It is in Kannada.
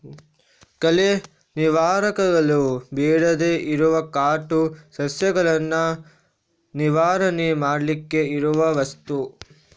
ಕಳೆ ನಿವಾರಕಗಳು ಬೇಡದೇ ಇರುವ ಕಾಟು ಸಸ್ಯಗಳನ್ನ ನಿವಾರಣೆ ಮಾಡ್ಲಿಕ್ಕೆ ಇರುವ ವಸ್ತು